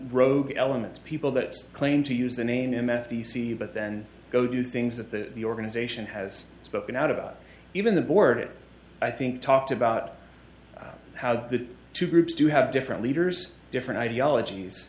rogue elements people that claim to use the name him f t c but then go do things that the the organization has spoken out about even the board it i think talked about how the two groups do have different leaders different ideologies